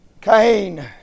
Cain